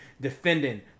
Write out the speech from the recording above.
defending